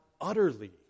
utterly